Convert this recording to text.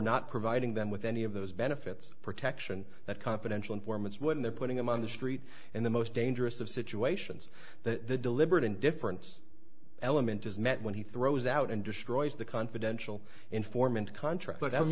not providing them with any of those benefits protection that confidential informants when they're putting them on the street in the most dangerous of situations that the deliberate indifference element is met when he throws out and destroys the confidential informant contract